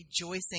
rejoicing